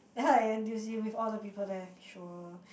like how the n_t_u_c with all the people there sure